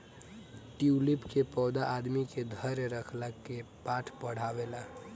tulip के पौधा आदमी के धैर्य रखला के पाठ पढ़ावेला